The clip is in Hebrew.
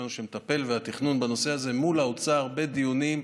שלנו מטפל בנושא הזה מול האוצר בדיונים,